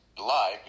live